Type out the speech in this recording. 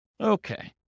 Okay